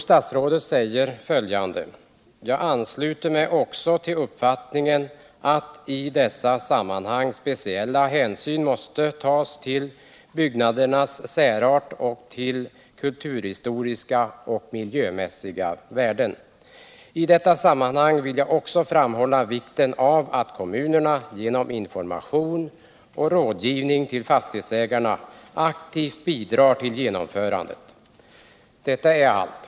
Statsrådet säger där följande: ”Jag ansluter mig också till uppfattningen att i dessa sammanhang speciella hänsyn måste tas till byggnadernas särart och till kulturhistoriska och miljömässiga värden. I detta sammanhang vill jag också framhålla vikten av att kommunerna genom information och rådgivning till fastighetsägarna aktivt bidrar till genomförandet.” Det är allt.